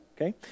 okay